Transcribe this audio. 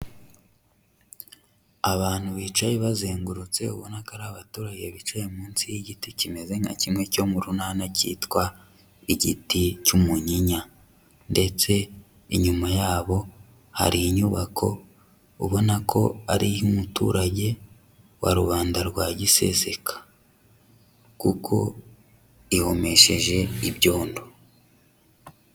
Abantu bicaye bazengurutse, ubona ko ari abaturage bicaye munsi y'igiti kimeze nka kimwe cyo mu runana cyitwa igiti cy'umunyinya, ndetse inyuma yabo hari inyubako ubona ko ari iy'umuturage wa rubanda rwa giseseka, kuko ihomesheje ibyondo.